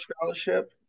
scholarship